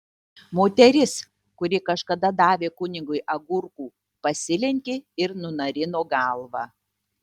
moteris kuri kažkada davė kunigui agurkų pasilenkė ir nunarino galvą